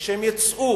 האלה שיצאו,